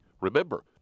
Remember